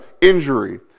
injury